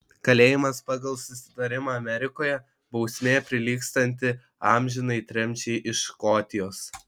kalėjimas pagal susitarimą amerikoje bausmė prilygstanti amžinai tremčiai iš škotijos